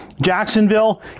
Jacksonville